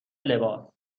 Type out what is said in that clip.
لباس